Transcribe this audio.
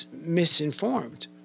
misinformed